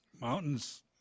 mountains